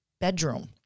bedroom